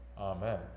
Amen